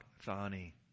Thani